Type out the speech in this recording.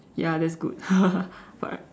ya that's good but